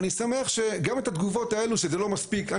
ואני שמח שגם את התגובות האלה שזה לא מספיק,